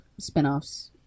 spinoffs